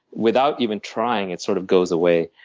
without even trying it sort of goes away.